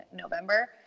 November